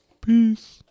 Peace